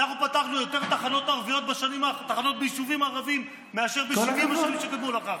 אנחנו פתחנו יותר תחנות ביישובים ערביים מאשר ב-70 השנים שקדמו לכך.